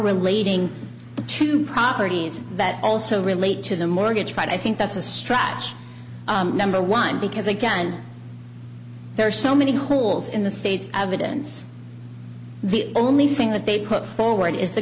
relating to properties that also relate to the mortgage fraud i think that's a strategy number one because again there are so many holes in the state's evidence the only thing that they put forward is